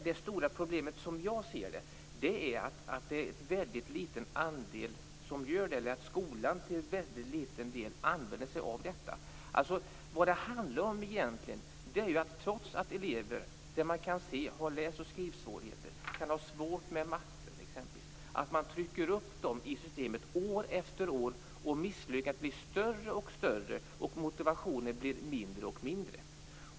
Det stora problemet, som jag ser det, är att en väldigt liten andel gör det och att skolan till en väldigt liten del använder sig av detta. Vad det egentligen handlar om är att man, trots att elever har läs och skrivsvårigheter och kanske har svårt med matten, trycker upp dem i systemet år efter år. Misslyckandena blir större och större och motivationen mindre och mindre.